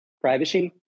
privacy